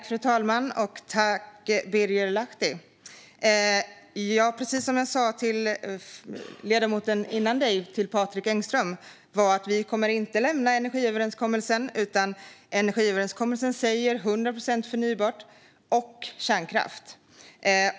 Fru talman! Tack för frågan, Birger Lahti! Precis som jag sa till ledamoten Patrik Engström kommer vi inte att lämna energiöverenskommelsen. Den säger att det ska vara 100 procent förnybart och kärnkraft.